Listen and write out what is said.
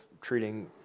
treating